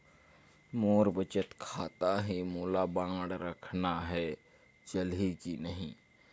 मोर बचत खाता है मोला बांड रखना है चलही की नहीं?